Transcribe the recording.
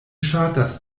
ŝatas